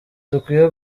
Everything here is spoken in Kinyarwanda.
dukwiye